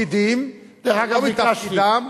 פקידים שלא מתפקידם,